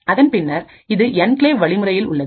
அதன் பின்னர் இது என்கிளேவ் வழிமுறையில் உள்ளது